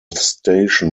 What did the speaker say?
station